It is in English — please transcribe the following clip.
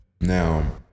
Now